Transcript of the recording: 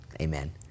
amen